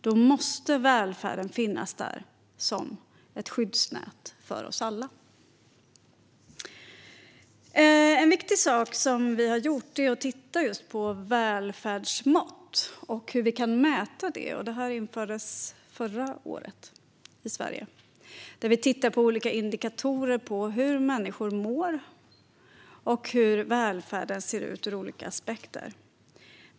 Då måste välfärden finnas där som ett skyddsnät för oss alla. En viktig sak som vi har gjort är att just titta på välfärdsmått och hur vi kan mäta välfärd. Det infördes förra året i Sverige. Vi tittar på olika indikatorer på hur människor mår och hur välfärden ser ut ur olika aspekter.